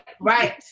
right